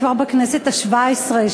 כבר בכנסת השבע-עשרה,